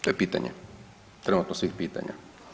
To je pitanje, trenutno svih pitanja.